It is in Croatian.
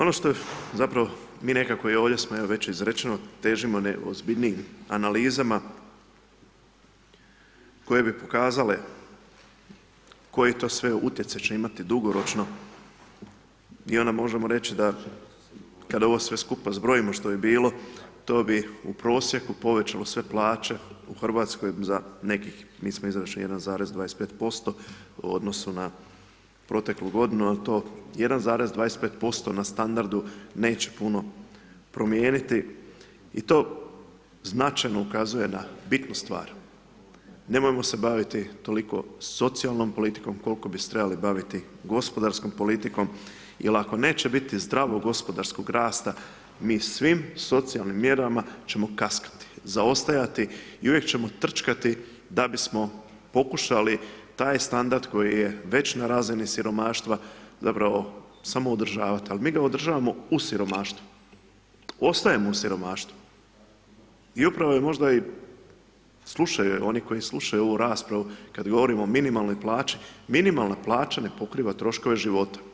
Ono što je zapravo mi nekako i ovdje već izrečeno, težimo ozbiljnijim analizama koje bi pokazale koji to sve utjecaj će imati dugoročno i onda možemo reći da kada ovo sve skupa zbrojimo što je bilo, to bi u prosjeku povećalo sve plaće u RH za nekih, mi smo izračunali 1,25% u odnosu na proteklu godinu, jel to 1,25% na standardu neće puno promijeniti i to značajno ukazuje na bitnu stvar, nemojmo se baviti toliko socijalnom politikom koliko bi se trebali baviti gospodarskom politikom jel ako neće biti zdravog gospodarskog rasta, mi svim socijalnim mjerama ćemo kaskati, zaostajati i uvijek ćemo trčkati da bismo pokušali taj standard koji je već na razini siromaštva zapravo samoodržavati, al mi ga održavamo u siromaštvu, ostajemo u siromaštvu i upravo je možda i slušaju je oni koji slušaju ovu raspravu kada govorimo o minimalnoj plaći, minimalna plaća ne pokriva troškove života.